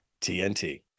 TNT